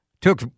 took